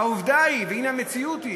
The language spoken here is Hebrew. העובדה היא, המציאות היא